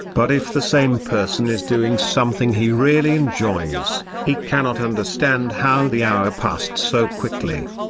but if the same person is doing something he really enjoys, he cannot understand how the hour passed so quickly.